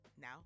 now